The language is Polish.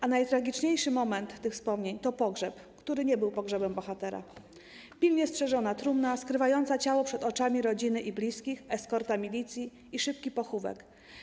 A najtragiczniejszy moment tych wspomnień to pogrzeb, który nie był pogrzebem bohatera - pilnie strzeżona trumna, skrywająca ciało przed oczami rodziny i bliskich, eskorta milicji i szybki pochówek.